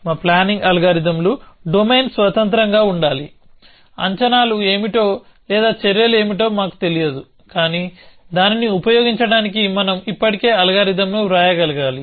మా ప్లానింగ్ అల్గారిథమ్లు డొమైన్ స్వతంత్రంగా ఉండాలి అంచనాలు ఏమిటో లేదా చర్యలు ఏమిటో మాకు తెలియదు కానీ దానిని ఉపయోగించడానికి మనం ఇప్పటికీ అల్గారిథమ్ను వ్రాయగలగాలి